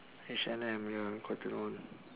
H&M ya cotton on